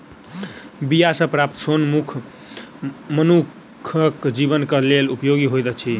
बीया सॅ प्राप्त सोन मनुखक जीवन के लेल उपयोगी होइत अछि